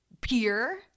peer